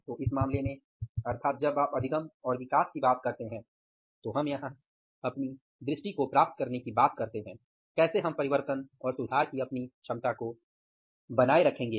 तो इस मामले में अर्थात जब आप अधिगम और विकास की बात करते हैं तो हम यहाँ अपनी दृष्टि को प्राप्त करने की बात करते हैं कैसे हम परिवर्तन और सुधार की अपनी क्षमता को बनाए रखेंगे